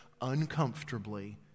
uncomfortably